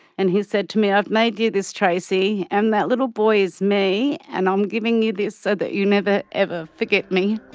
and he said to me, i've made you this, tracey, and that little boy is me. and i'm giving you this so that you never, ever forget me.